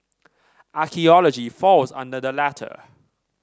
archaeology falls under the latter